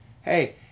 Hey